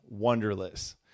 wonderless